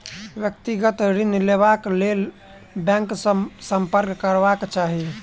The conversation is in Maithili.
व्यक्तिगत ऋण लेबाक लेल बैंक सॅ सम्पर्क करबाक चाही